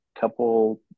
couple